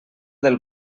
del